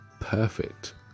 perfect